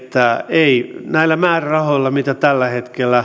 ei näillä määrärahoilla mitä tällä